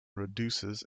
reduces